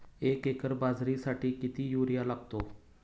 एक एकर बाजरीसाठी किती युरिया लागतो?